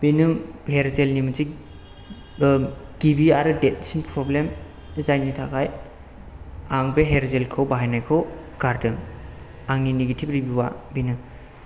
बेनो हेर जेलनि मोनसे गिबि आरो देरसिन प्रब्लेम बे जायनि थाखाय आं बे हेर जेलखौ बाहायनायखौ गारदों आंनि नेगेटिब रिभिउआ बेनो